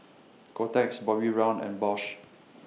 Kotex Bobbi Brown and Bosch